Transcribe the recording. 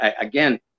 again